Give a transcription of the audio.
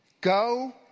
Go